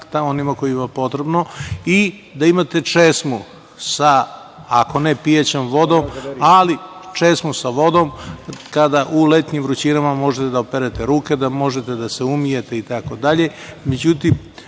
onima kojima je potrebno i da imate česmu sa, ako ne pijaćom vodom, ali česmu sa vodom kada u letnjim vrućinama možete da operete ruke, da možete da se umijete itd.Međutim,